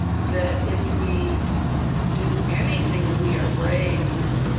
that if we do anything we are brave,